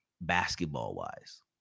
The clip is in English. basketball-wise